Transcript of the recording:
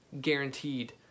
guaranteed